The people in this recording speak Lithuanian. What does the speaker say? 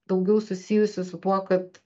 daugiau susijusi su tuo kad